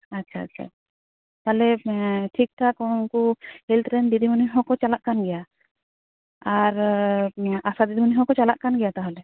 ᱟᱪᱪᱷᱟ ᱟᱪᱪᱷᱟ ᱛᱟᱞᱦᱮ ᱴᱷᱤᱠᱼᱴᱷᱟᱠ ᱩᱱᱠᱩ ᱯᱷᱤᱞᱰ ᱦᱮᱞᱚᱛ ᱨᱮᱱ ᱫᱤᱫᱤᱢᱩᱱᱤ ᱦᱚᱸᱠᱚ ᱪᱟᱞᱟᱜ ᱟᱱ ᱜᱮᱭᱟ ᱟᱨ ᱟᱥᱟ ᱫᱤᱫᱤᱢᱩᱱᱤ ᱦᱚᱸᱠᱚ ᱪᱟᱞᱟᱜ ᱠᱟᱱ ᱜᱮᱭᱟ ᱛᱟᱦᱞᱮ